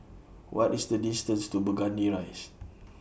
What IS The distance to Burgundy Rise